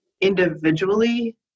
individually